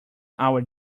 our